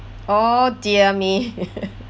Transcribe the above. oh dear me